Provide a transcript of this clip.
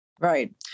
right